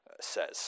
says